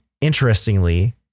interestingly